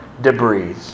Debris